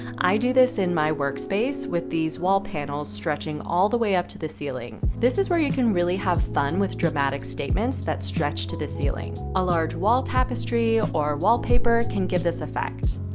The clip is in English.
i do this in my workspace with these wall panels stretching all the way up to the ceiling. this is where you can really have fun with dramatic statements that stretch to the ceiling. a large wall tapestry or wallpaper can give this effect.